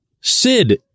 Sid